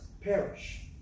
perish